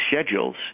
schedules